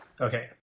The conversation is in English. Okay